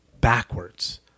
backwards